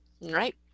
Right